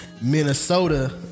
Minnesota